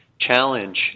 challenge